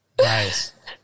Nice